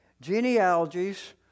genealogies